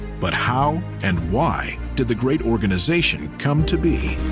but how and why did the great organization come to be?